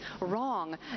wrong